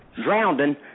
drowning